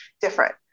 different